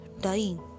dying